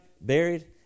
buried